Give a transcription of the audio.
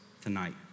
tonight